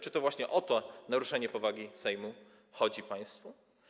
Czy to właśnie o to naruszenie powagi Sejmu chodzi państwu?